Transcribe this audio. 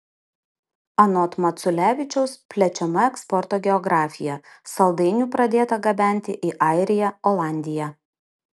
anot maculevičiaus plečiama eksporto geografija saldainių pradėta gabenti į airiją olandiją